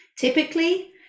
Typically